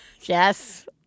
Yes